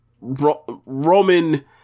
Roman